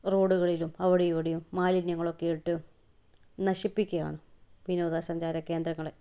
റോഡുകളിലും അവിടേം ഇവിടേം മാലിന്യങ്ങളൊക്കെ ഇട്ട് നശിപ്പിക്കുകയാണ് വിനോദസഞ്ചാര കേന്ദ്രങ്ങളെ